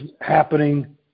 happening